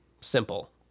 simple